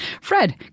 Fred